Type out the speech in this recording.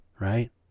right